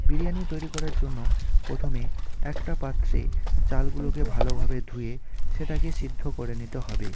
বিরিয়ানি তৈরি করার জন্য পোথমে একটা পাত্রে চালগুলোকে ভালোভাবে ধুয়ে সেটাকে সিদ্ধ করে নিতে হবে